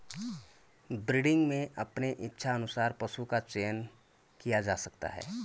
breeding में अपने इच्छा अनुसार पशु का चयन किया जा सकता है